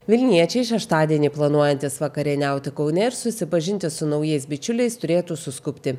vilniečiai šeštadienį planuojantys vakarieniauti kaune ir susipažinti su naujais bičiuliais turėtų suskubti